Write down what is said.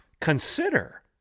consider